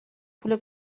پول